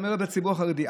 גם לא בציבור החרדי.